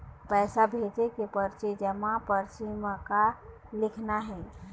पैसा भेजे के परची जमा परची म का लिखना हे?